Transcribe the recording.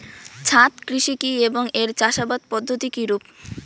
ছাদ কৃষি কী এবং এর চাষাবাদ পদ্ধতি কিরূপ?